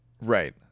right